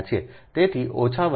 તેથી ઓછા વત્તા બરાબર બરાબર 0